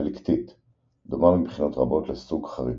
הליקטית – דומה מבחינות רבות לסוג חריצית,